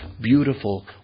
beautiful